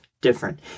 different